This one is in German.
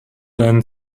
deinen